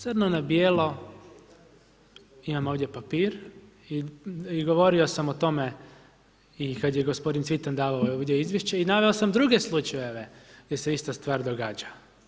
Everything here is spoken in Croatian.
Crno na bijelo, imam ovdje papir i govorio sam o tome i kada je gospodin Civtan davao ovdje izvješće i naveo sam druge slučajeve, gdje se ista stvar događa.